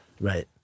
Right